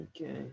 Okay